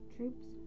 Troops